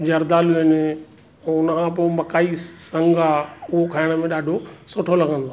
जरदालू आहिनि हुनखां पोइ मकाई संग आहे उहो खाइण में ॾाढो सुठो लॻंदो आहे